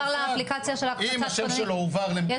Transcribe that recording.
אם השם שלו הועבר -- למה הוא לא מחובר למד"א?